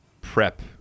prep